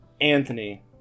Anthony